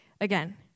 Again